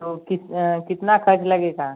तो कित कितना ख़र्च लगेगा